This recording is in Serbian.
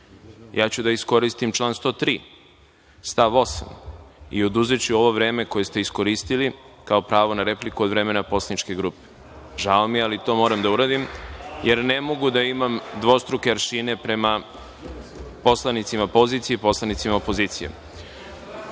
iskoristiću član 103. stav 8. i oduzeću ovo vreme koje ste iskoristili kao pravo na repliku od vremena poslaničke grupe. Žao mi je, ali to moram da uradim, jer ne mogu da imam dvostruke aršine prema poslanicima pozicije i poslanicima opozicije. Gospodine